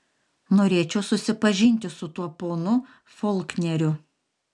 norėčiau susipažinti su tuo ponu folkneriu